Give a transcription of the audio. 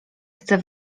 chce